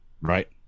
right